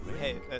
Hey